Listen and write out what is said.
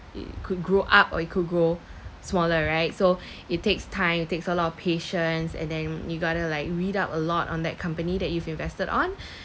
it could grow up or it could grow smaller right so it takes time takes a lot of patience and then you gotta like read up a lot on that company that you've invested on